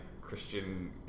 Christian